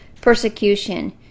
persecution